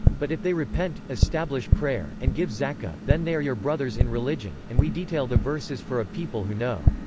but if they repent, establish prayer, and give zakah, then they are your brothers in religion and we detail the verses for a people who know.